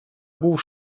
був